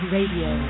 Radio